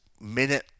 minute